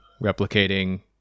replicating